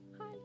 hi